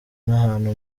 n’ahantu